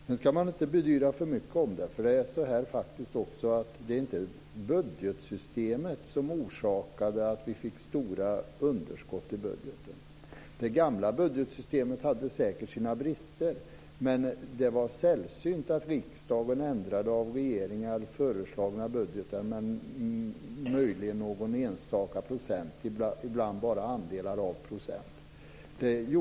Sedan ska man inte dryfta det för mycket, för det är faktiskt också så att det inte är budgetsystemet som orsakade att vi fick stora underskott i budgeten. Det gamla budgetsystemet hade säkert sina brister, men det var sällsynt att riksdagen ändrade av regeringar föreslagna budgetar mer än någon enstaka procent, ibland bara andelar av procent.